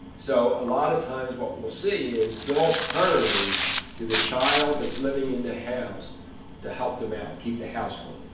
so a lot of times, what we'll see is, they'll turn to the child that's living in the house to help them out, keep the household.